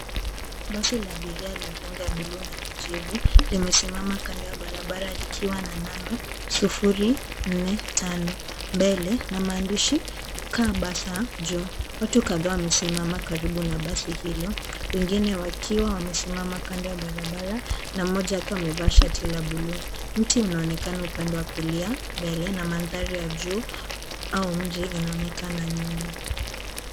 Basi la abiria la rangi ya buluu na kijivu limesimama kando ya barabara likiwa na namba 0-4-5. Mbele na maandishi kama ya basi juu. Watu kadhaa wamesimama karibu na basi hilo, wengine wakiwa wamesimama kando ya barabara na mmoja kama amevaa shati la buluu. Mti unaonekana upande wa kulia. Mbele kuna mandhari ya juu au jengo linaonekana nyuma